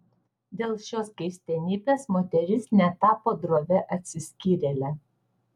dėl šios keistenybės moteris netapo drovia atsiskyrėle